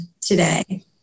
today